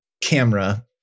camera